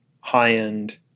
high-end